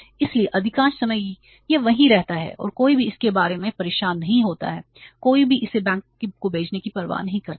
इसलिए अधिकांश समय यह वहीं रहता है और कोई भी इसके बारे में परेशान नहीं होता है कोई भी इसे बैंक को भेजने की परवाह नहीं करता है